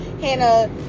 Hannah